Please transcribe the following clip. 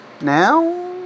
now